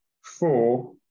four